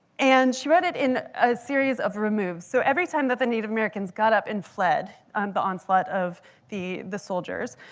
and she wrote it in a series of removes. so every time that the native americans got up and fled um the onslaught of the the soldiers,